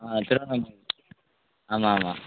ஆ திருவண்ணாமலை ஆமாம் ஆமாம்